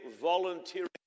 volunteering